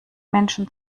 menschen